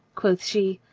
quoth she,